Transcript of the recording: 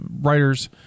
writers